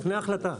ההחלטה.